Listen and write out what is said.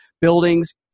buildings